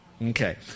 Okay